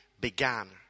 began